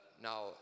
Now